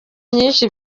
nyinshi